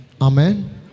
Amen